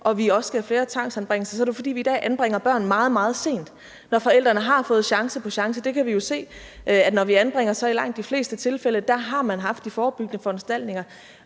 at der også skal foretages flere tvangsanbringelser, så er det jo, fordi vi i dag anbringer børn meget, meget sent, når forældrene har fået chance på chance. Vi kan jo se, at når man anbringer, har man i langt de fleste tilfælde truffet forebyggende foranstaltninger,